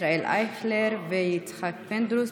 ישראל אייכלר ויצחק פינדרוס,